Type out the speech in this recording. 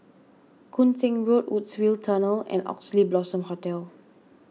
Koon Seng Road Woodsville Tunnel and Oxley Blossom Hotel